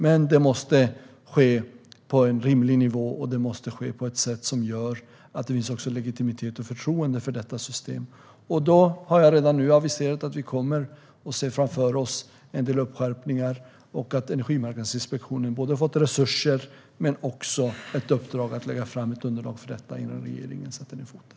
Men det måste ske på en rimlig nivå och på ett sätt som skapar legitimitet och förtroende för detta system. Jag har redan nu aviserat att vi ser framför oss en del skärpningar och att Energimarknadsinspektionen får resurser och ett uppdrag att lägga fram underlag för detta innan regeringen sätter ned foten.